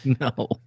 No